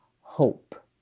hope